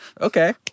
Okay